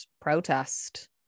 protest